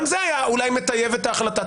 גם זה היה אולי מטייב את ההחלטה.